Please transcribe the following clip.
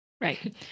Right